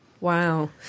wow